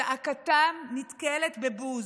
זעקתם נתקלת בבוז,